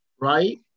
Right